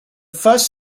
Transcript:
first